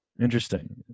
interesting